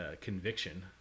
conviction